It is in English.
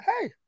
hey